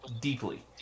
deeply